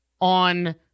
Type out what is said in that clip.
on